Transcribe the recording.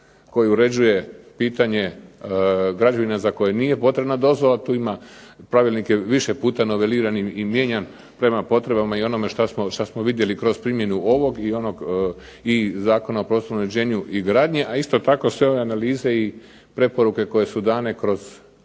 koji uređuje pitanje građevine za koje nije potrebna dozvola. Tu ima, pravilnik je više puta noveliran i mijenjan prema potrebama i onome šta smo vidjeli kroz primjenu ovog i onog i Zakona o prostornom uređenju i gradnji, a isto tako sve one analize i preporuke koje su dane kroz